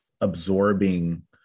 absorbing